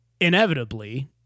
inevitably